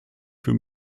für